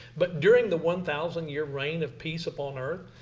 but during the one thousand year reign of peace upon earth,